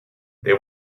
they